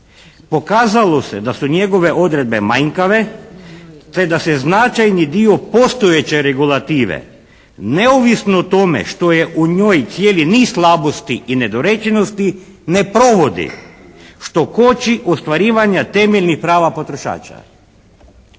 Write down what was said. pokazalo se da su njegove odredbe manjkave, te da se značajni dio postojeće regulative neovisno o tome što je u njoj cijeli niz slabosti i nedorečenosti ne provodi. Što koči ostvarivanja temeljnih prava potrošača.